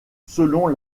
selon